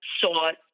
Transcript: sought